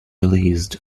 released